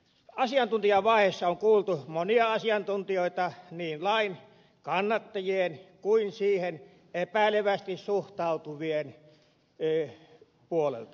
asiantuntijavaiheessa on kuultu monia asiantuntijoita niin lain kannattajien kuin siihen epäilevästi suhtautuvien puolelta